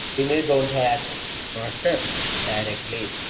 he may don't have access master directly.